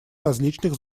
различных